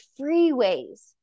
freeways